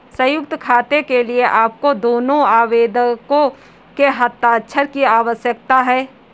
संयुक्त खाते के लिए आपको दोनों आवेदकों के हस्ताक्षर की आवश्यकता है